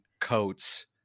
coats